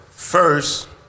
First